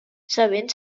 sabent